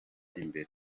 imbere